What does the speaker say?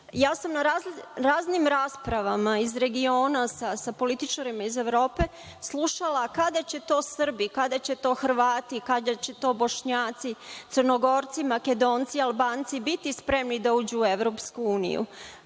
Na raznim raspravama iz regiona, sa političarima iz Evrope slušala kada će to Srbi, kada će to Hrvati, kada će to Bošnjaci, Crnogorci, Makedonci, Albanci, biti spremni da uđu u EU. Obično